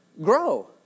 grow